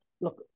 look